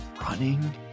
running